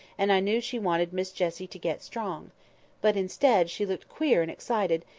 and i knew she wanted miss jessie to get strong but, instead, she looked queer and excited,